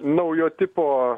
naujo tipo